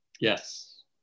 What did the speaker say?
Yes